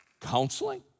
counseling